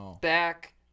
back